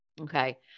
Okay